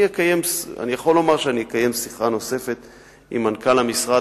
אני יכול לומר שאני אקיים שיחה נוספת עם מנכ"ל המשרד.